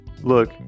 look